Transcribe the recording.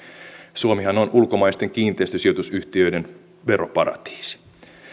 suomihan on ulkomaisten kiinteistösijoitusyhtiöiden veroparatiisi